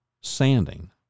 sanding